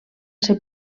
ser